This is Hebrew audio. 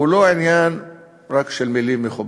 הוא לא עניין רק של מילים מכובסות,